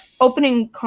opening